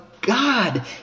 God